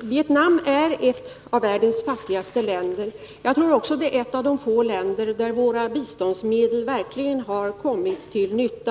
Vietnam är ett av världens fattigaste länder. Jag tror också att det är ett av de få länder där våra biståndsmedel verkligen har kommit till nytta.